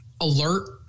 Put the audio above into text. alert